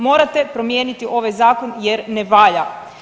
Morate promijeniti ovaj Zakon jer ne valja.